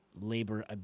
labor